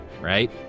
right